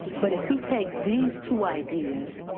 but if we take these two ideas,